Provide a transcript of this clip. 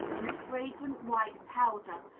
in a fragrant white powder,